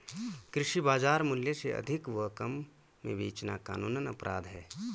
कृषि बाजार मूल्य से अधिक व कम में बेचना कानूनन अपराध है